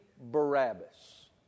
Barabbas